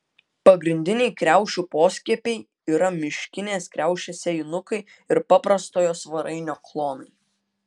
pagrindiniai kriaušių poskiepiai yra miškinės kriaušės sėjinukai ir paprastojo svarainio klonai